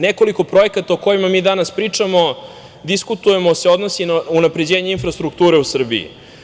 Nekoliko projekata o kojima mi danas pričamo, diskutujemo, se odnosi na unapređenje infrastrukture u Srbiji.